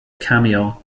cameo